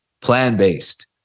plan-based